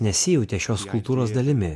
nesijautė šios kultūros dalimi